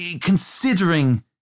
considering